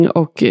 och